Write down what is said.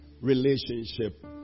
relationship